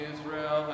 Israel